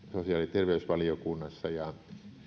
terveysvaliokunnassa ja